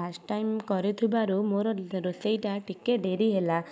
first time କରିଥିବାରୁ ମୋର ରୋଷେଇଟା ଟିକେ ଡେରି ହେଲା